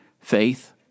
faith